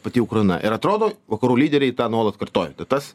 pati ukraina ir atrodo vakarų lyderiai tą nuolat kartoja tas